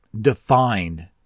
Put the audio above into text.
defined